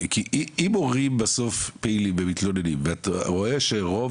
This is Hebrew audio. כי אם הורים בסוף פעילים ומתלוננים ואתה רואה שרוב